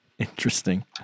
interesting